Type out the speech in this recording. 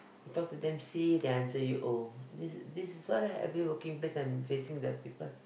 you talk them to C they answer you O this is this is what ah every working place I'm facing the people